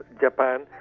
Japan